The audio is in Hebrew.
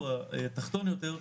הוא התחתון יותר,